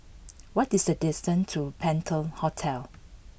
what is the distance to Penta Hotel